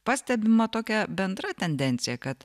pastebima tokia bendra tendencija kad